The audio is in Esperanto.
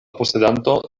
posedanto